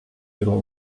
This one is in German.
ihrer